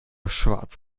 schwarz